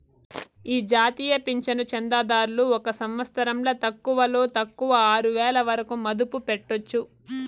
ఈ జాతీయ పింఛను చందాదారులు ఒక సంవత్సరంల తక్కువలో తక్కువ ఆరువేల వరకు మదుపు పెట్టొచ్చు